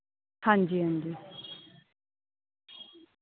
हां जी हां जी